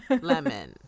lemon